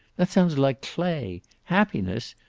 that sounds like clay. happiness!